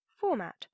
Format